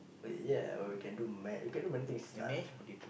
but ya or we can do ma~ we can do many things lah with a